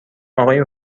اقای